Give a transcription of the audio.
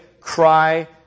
cry